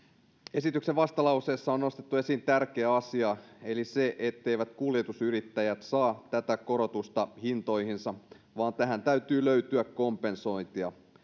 esityksen vastalauseessa on nostettu esiin tärkeä asia se etteivät kuljetusyrittäjät saa tätä korotusta hintoihinsa vaan tähän täytyy löytyä kompensointia